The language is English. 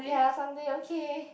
ya Sunday okay